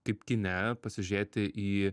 kaip kine pasižiūrėti į